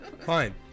Fine